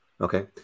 Okay